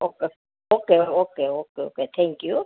ચોક્કસ okay okay okay okay thank you હો